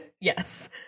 yes